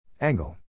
Angle